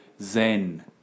Zen